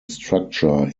structure